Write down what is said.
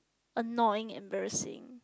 annoying embarrassing